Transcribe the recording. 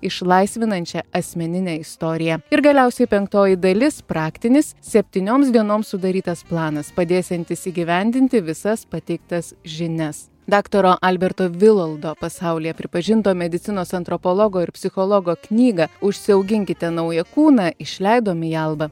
išlaisvinančią asmeninę istoriją ir galiausiai penktoji dalis praktinis septynioms dienoms sudarytas planas padėsiantis įgyvendinti visas pateiktas žinias daktaro alberto viloldo pasaulyje pripažinto medicinos antropologo ir psichologo knygą užsiauginkite naują kūną išleidom į albą